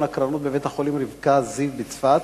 הקרנות בבית-החולים "רבקה זיו" בצפת,